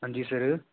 हां जी सर